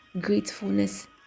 gratefulness